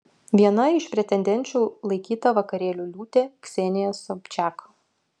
viena iš pretendenčių laikyta vakarėlių liūtė ksenija sobčiak